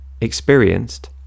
experienced